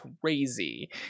crazy